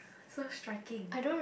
so striking